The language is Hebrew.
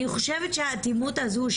אני חושבת שהאטימות הזו,